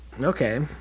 Okay